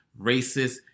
racist